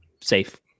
safe